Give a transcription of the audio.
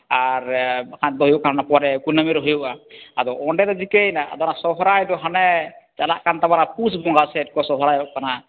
ᱟᱨ ᱵᱟᱠᱷᱟᱱ ᱫᱚ ᱦᱩᱭᱩᱜ ᱠᱟᱱᱟ ᱤᱱᱟᱹᱯᱚᱨᱮ ᱠᱩᱱᱟᱹᱢᱤ ᱨᱮ ᱦᱩᱭᱩᱜᱼᱟ ᱟᱫᱚ ᱚᱸᱰᱮ ᱫᱚ ᱪᱤᱠᱟᱹᱱᱟ ᱥᱟᱦᱨᱟᱭ ᱫᱚ ᱦᱟᱱᱮ ᱪᱟᱞᱟᱜ ᱠᱟᱱ ᱛᱟᱵᱚᱱᱟ ᱯᱩᱥ ᱵᱚᱸᱜᱟ ᱥᱮᱫ ᱠᱚ ᱥᱚᱦᱨᱟᱭᱚᱜ ᱠᱟᱱᱟ